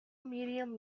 medium